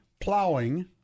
plowing